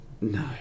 no